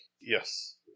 Yes